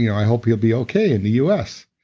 you know i hope you'll be okay in the us.